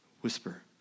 whisper